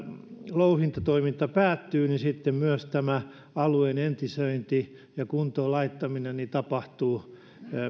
louhintatoiminta päättyy myös tämä alueen entisöinti ja kuntoon laittaminen tapahtuu